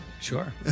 Sure